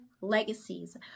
legacies